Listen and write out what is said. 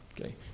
Okay